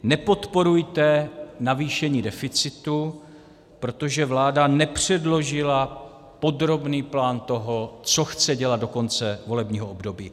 Nepodporujte navýšení deficitu, protože vláda nepředložila podrobný plán toho, co chce dělat do konce volebního období.